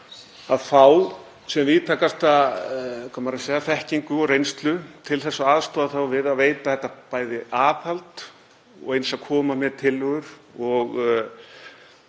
að fá sem víðtækasta þekkingu og reynslu til að aðstoða þá við að veita bæði aðhald og eins að koma með tillögur og